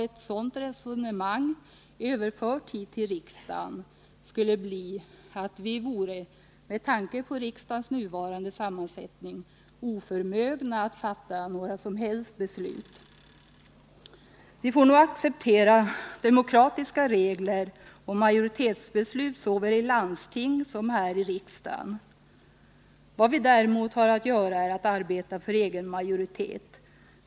Ett sådant resonemang, överfört hit till riksdagen, skulle få till konsekvens att vi, med tanke på riksdagens nuvarande sammansättning, vore oförmögna att fatta några som helst beslut. Vi får nog acceptera demokratiska regler och majoritetsbeslut såväl i landstinget som här i riksdagen. Vad vi däremot har att göra är att arbeta för egen majoritet.